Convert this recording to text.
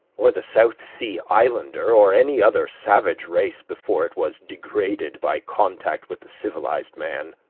or the south sea islander, or any other savage race before it was degraded by contact with the civilized man.